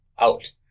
out